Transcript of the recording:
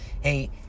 hey